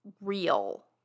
real